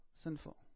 sinful